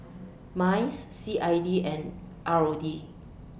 Minds C I D and R O D